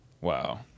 Wow